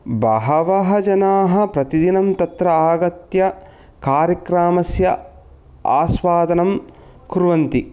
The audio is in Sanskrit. बहवः जनाः प्रतिदिनं तत्र आगत्य कार्यक्रामस्य आस्वादनं कुर्वन्ति